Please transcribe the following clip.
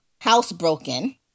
housebroken